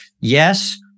yes